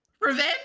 revenge